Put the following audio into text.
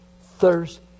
thirst